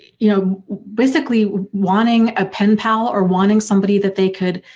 you know, basically wanting a penpal or wanting somebody that they could